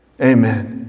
Amen